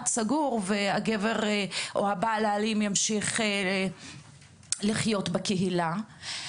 סגור ואילו הגבר או הבעל האלים ממשיך לחיות בקהילה.